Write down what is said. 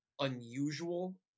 unusual